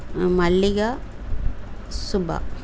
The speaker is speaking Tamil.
மல்லிகா சுபா